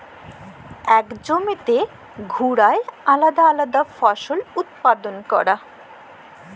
ইক জমিতে ঘুরায় আলেদা আলেদা ফসল উৎপাদল ক্যরা